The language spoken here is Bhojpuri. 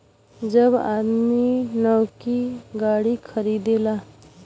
जब आदमी नैकी गाड़ी खरीदेला